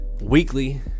weekly